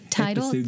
title